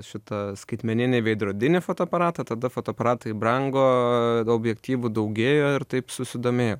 šitą skaitmeninį veidrodinį fotoaparatą tada fotoaparatai brango objektyvų daugėjo ir taip susidomėjau